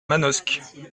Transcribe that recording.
manosque